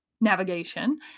navigation